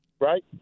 right